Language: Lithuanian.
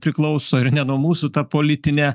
priklauso ir ne nuo mūsų ta politinė